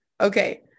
Okay